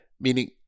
meaning